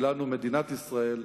שלנו מדינת ישראל.